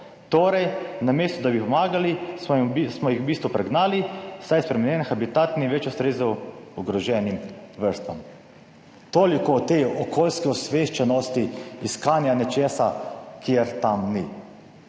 Torej, namesto da bi pomagali smo jim, smo jih v bistvu pregnali, saj je spremenjen habitat ni več ustrezal ogroženim vrstam. Toliko o tej okoljski osveščenosti iskanja nečesa, kjer tam ni.